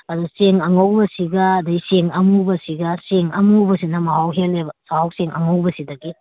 ꯑꯗꯨ ꯆꯦꯡ ꯑꯉꯧꯕꯁꯤꯒ ꯑꯗꯩ ꯆꯦꯡ ꯑꯃꯨꯕꯁꯤꯒ ꯆꯦꯡ ꯑꯃꯨꯕꯁꯤꯅ ꯃꯍꯥꯎ ꯍꯦꯜꯂꯦꯕ ꯆꯥꯛꯍꯥꯎ ꯆꯦꯡ ꯑꯉꯧꯕꯁꯤꯗꯒꯤ